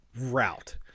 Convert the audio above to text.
route